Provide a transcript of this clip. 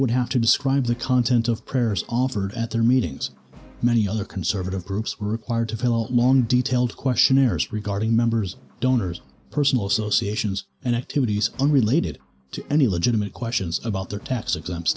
would have to describe the content of prayers offered at their meetings many other conservative groups were required to fill long detailed questionnaires regarding members donors personal associations and activities unrelated to any legitimate questions about their tax exempt